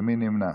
ומי נמנע?